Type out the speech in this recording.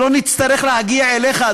שלא נצטרך להגיע אליך,